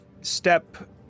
step